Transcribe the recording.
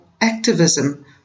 activism